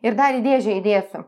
ir dar į dėžę įdėsiu